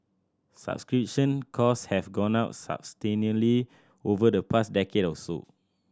subscription cost have gone up substantially over the past decade or so